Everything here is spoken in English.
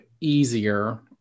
easier